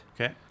Okay